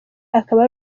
akaba